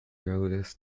earliest